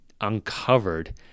uncovered